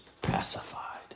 pacified